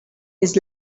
his